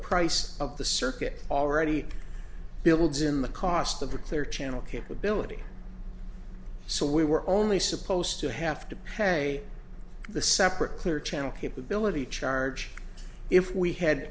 price of the circuit already builds in the cost of the clear channel capability so we were only supposed to have to pay the separate clear channel capability charge if we had